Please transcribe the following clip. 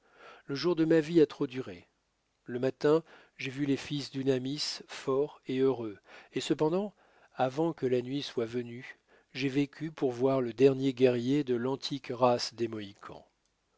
le jour de ma vie a trop duré le matin j'ai vu les fils d'unamis forts et heureux et cependant avant que la nuit soit venue j'ai vécu pour voir le dernier guerrier de l'antique race des mohicans